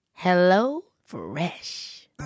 HelloFresh